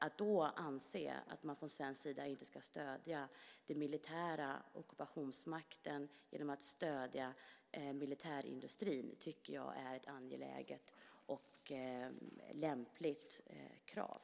Att då anse att man från svensk sida inte ska stödja den militära ockupationsmakten genom att stödja militärindustrin tycker jag är ett angeläget och lämpligt krav.